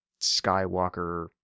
skywalker